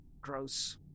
Gross